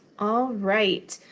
all right.